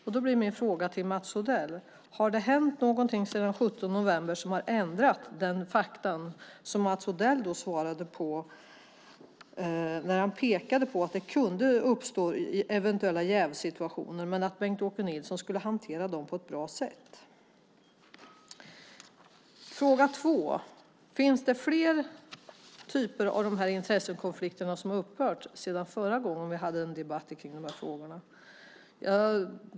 Har det hänt något, Mats Odell, sedan den 17 november som har ändrat vad Mats Odell då svarade när han pekade på att det kunde uppstå eventuella jävssituationer men att Bengt-Åke Nilsson skulle hantera dem på ett bra sätt? Finns det fler typer av intressekonflikter som har upphört sedan förra gången vi debatterade dessa frågor?